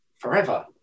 forever